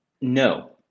No